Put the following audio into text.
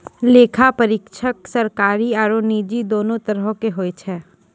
लेखा परीक्षक सरकारी आरु निजी दोनो तरहो के होय छै